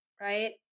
Right